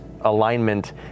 alignment